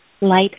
Light